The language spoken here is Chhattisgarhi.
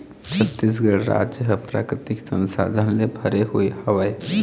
छत्तीसगढ़ राज ह प्राकृतिक संसाधन ले भरे हुए हवय